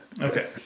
Okay